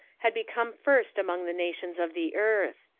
had become first among the nations of the earth.